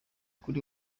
kuri